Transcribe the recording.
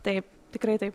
taip tikrai taip